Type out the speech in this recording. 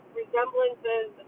resemblances